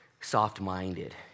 soft-minded